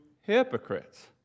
hypocrites